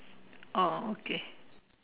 oh okay